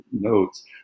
notes